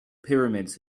pyramids